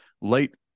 late